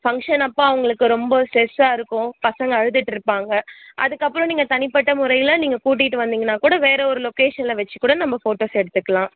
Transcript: function அப்போது அவங்களுக்கு ரொம்ப ஸ்ட்ரெஸ்ஸாக இருக்கும் பசங்கள் அழுதுட்டு இருப்பாங்க அதுக்கப்புறம் நீங்கள் தனிப்பட்ட முறையில நீங்கள் கூட்டிகிட்டு வந்தீங்கன்னால் கூட வேறு ஒரு லொக்கேஷனில் வச்சு கூட நம்ம ஃபோட்டோஸ் எடுத்துக்கலாம்